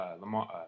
Lamar